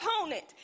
opponent